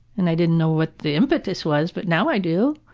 and i didn't know what the empties was but now i do.